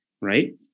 right